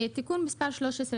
בתיקון מס' 13,